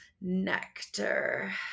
nectar